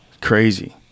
Crazy